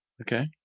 okay